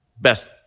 Best